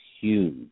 huge